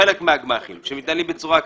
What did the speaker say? חלק מהגמ"חים מתנהלים בצורה כזאת,